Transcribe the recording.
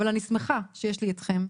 אבל אני שמחה שיש לי אתכם,